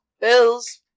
Bills